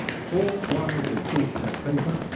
four quires of foolscap paper,